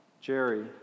Jerry